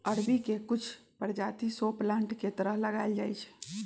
अरबी के कुछ परजाति शो प्लांट के तरह लगाएल जाई छई